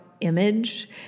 image